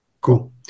Cool